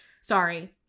Sorry